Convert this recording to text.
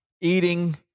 eating